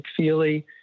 McFeely